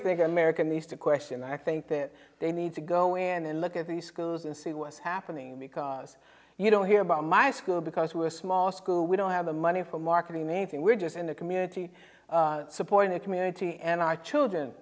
think america needs to question i think that they need to go in and look at these schools and see what's happening because you don't hear about my school because we're a small school we don't have the money for marketing anything we're just in a community supporting a community and i children